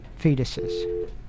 fetuses